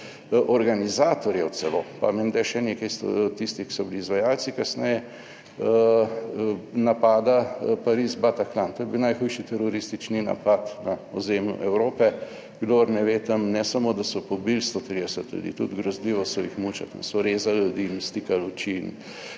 organizatorjev celo, pa menda še nekaj tistih, ki so bili izvajalci kasneje, napada Pariz Bataclan. To je bil najhujši teroristični napad na ozemlju Evrope, kdor ne ve, tam, ne samo, da so pobili 130 ljudi, tudi grozljivo so jih mučili, tam so rezali ljudi, jim stikali oči in